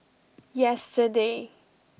yesterday